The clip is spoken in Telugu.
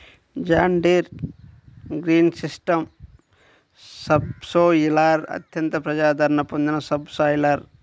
జాన్ డీర్ గ్రీన్సిస్టమ్ సబ్సోయిలర్ అత్యంత ప్రజాదరణ పొందిన సబ్ సాయిలర్